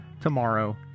tomorrow